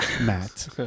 Matt